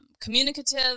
communicative